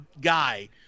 guy –